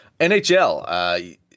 NHL